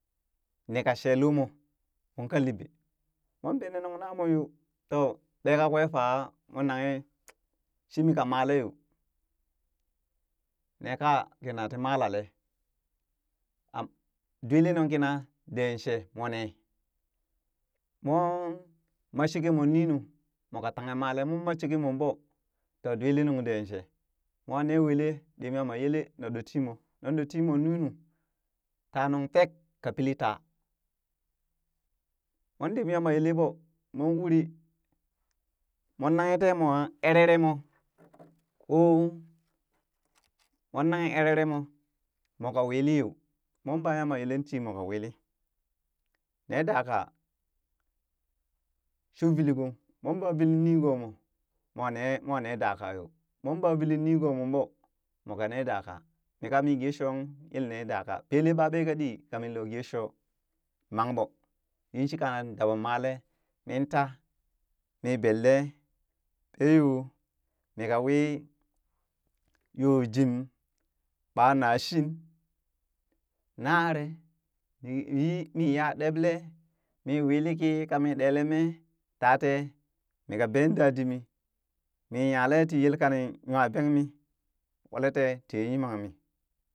Ni ka shee lomo mon ka liɓe moon bene nuŋ namoon yoo too ɓee kakwee faa moonaghe shimi ka malee yoo nee kaa kina tii malale am dwilinung kina dee shee mone mon ma sheke moo nunu moka tanghe malee moon ma sheke moo ɓoo too dwilinung deen mon nee weelee lib yama yele nan ɗot timoo nan ɗot timo ninu ta nung fek ka pili taa mo moon ɗib yama yelee ɓoo mon uri mon nanghe temwa erere mo ko mon nanghen erere mo, mooka wilii yo mon ba yama yele ti moka wili nee daa kaa shuuveeligong mon baa veli nigomo mwa ne mwa ne daa kaa yo, mon baa veli nigoo mooh ɓo moka nee da kaa mii kami gee shoohung min yele nee dakaa pelee ɓa ɓee ka dii ka minlo gee shoo mang ɓo yinshika daba male min ta mi belle ɓeyo mika wii yo jim ɓa nashin, nare, in- inn yi mi ya ɗeɓle mi wili ki kami ɗele mee, ta tee mika been dadimi, mi nyale ti yelka nin nwa beng mi, fole te tiye yimangmi.